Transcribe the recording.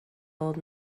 old